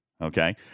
okay